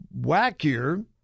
wackier